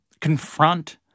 confront